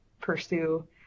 pursue